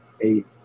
eight